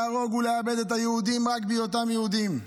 להרוג ולאבד את היהודים רק בשל היותם יהודים.